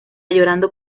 llorando